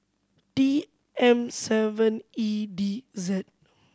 T M seven E D Z